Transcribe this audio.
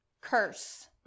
curse